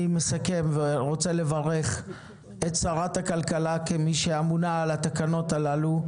אני מסכם ורוצה לברך את שרת הכלכלה כמי שאמונה על התקנות הללו,